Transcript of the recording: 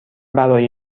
برای